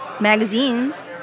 magazines